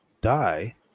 die